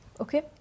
okay